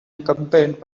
accompanied